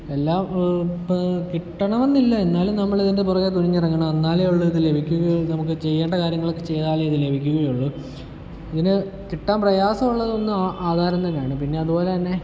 എല്ലാ ഇപ്പം കിട്ടണമെന്നില്ല എന്നാലും നമ്മൾ ഇതിൻ്റെ പുറകേ തുനിഞ്ഞിറങ്ങണം എന്നാലേ ഉള്ളു ഇത് ലഭിക്കുകയുള്ളൂ നമുക്ക് ചെയ്യണ്ട കാര്യങ്ങളൊക്കെ ചെയ്താലേ ഇത് ലഭിക്കുകയുള്ളു ഇതിന് കിട്ടാൻ പ്രയാസോള്ളതൊന്ന് ആധാരം തന്നെയാണ് പിന്നെ അതുപോലെ തന്നെ